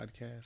podcast